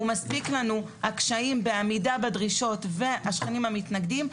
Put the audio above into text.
ומספיקים לנו הקשיים בעמידה בדרישות והשכנים המתנגדים,